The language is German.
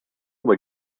über